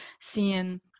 seeing